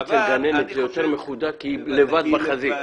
אבל אצל גננת זה יותר מחודד כי היא לבד בחזית.